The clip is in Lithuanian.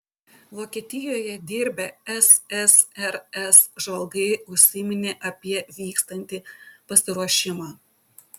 vokietijoje dirbę ssrs žvalgai užsiminė apie vykstantį pasiruošimą